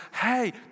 Hey